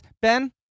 Ben